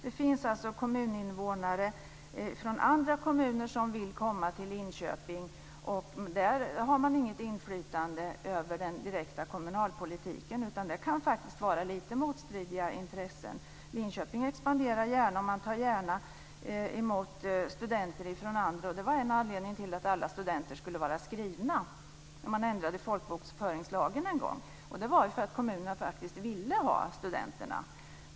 Det finns alltså kommuninvånare från andra kommuner som vill komma till Linköping. Där har man inget inflytande över den direkta kommunalpolitiken, utan det kan faktiskt förekomma lite motstridiga intressen. Linköping expanderar gärna och tar gärna emot studenter från annat håll. När man en gång ändrade folkbokföringslagen var en anledning till att alla studenter skulle vara skrivna i kommunen i fråga att kommunerna faktiskt ville ha studenterna.